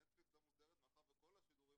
נטפליקס לא מוסדרת מאחר וכל השידורים